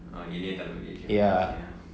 uh ilayathalapathi okay okay